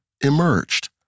emerged